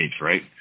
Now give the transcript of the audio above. right